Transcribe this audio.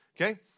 okay